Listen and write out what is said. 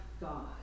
God